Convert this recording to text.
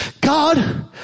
God